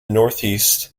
northeast